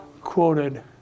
quoted